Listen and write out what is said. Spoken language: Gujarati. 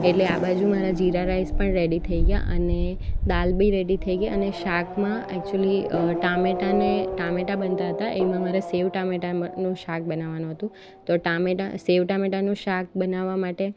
એટલે આ બાજુ મારા જીરા રાઈસ પણ રેડી થઈ ગયા અને દાલ બી રેડી થઈ ગઈ અને શાકમાં એક્ચુલી ટામેટાને ટામેટા બનતા હતા એમાં મારે સેવ ટામેટાનું શાક બનાવાનું હતું તો ટામેટા સેવ ટામેટાનું શાક બનાવવા માટે